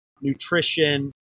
nutrition